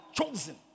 chosen